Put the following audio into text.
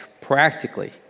practically